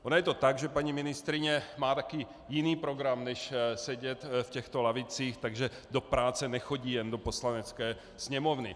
Ono je to tak, že paní ministryně má taky jiný program než sedět v těchto lavicích, takže do práce nechodí jen do Poslanecké sněmovny.